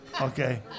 Okay